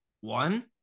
one